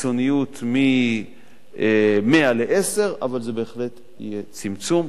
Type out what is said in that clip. קיצוניות מ-100 ל-10, אבל בהחלט יהיה צמצום.